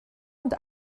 und